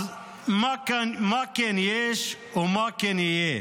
אז מה כן יש ומה כן יהיה?